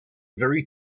very